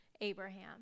Abraham